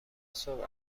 صبح